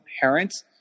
parents